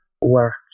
work